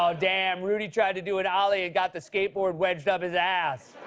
ah damn. rudy tried to do an ollie and got the skateboard wedged up his ass.